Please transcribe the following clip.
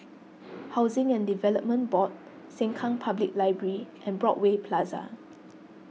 Housing and Development Board Sengkang Public Library and Broadway Plaza